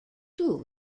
too